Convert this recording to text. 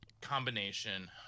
combination